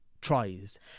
tries